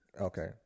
Okay